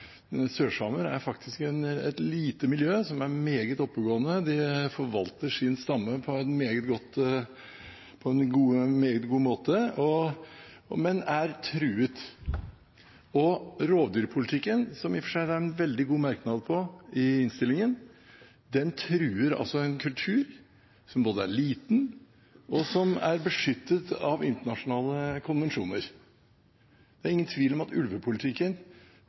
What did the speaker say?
Sørsamer er et lite miljø som er meget oppegående. De forvalter sin stamme på en meget god måte, men de er truet. Rovdyrpolitikken, som det i og for seg er en veldig god merknad om i innstillingen, truer en kultur som er både liten og beskyttet av internasjonale konvensjoner. Det er ingen tvil om at ulvepolitikken